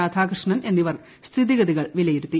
രാധാകൃഷ്ണൻ എന്നിവർ സ്ഥിതിഗതികൾ വിലയിരുത്തി